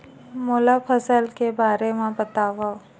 मोला फसल के बारे म बतावव?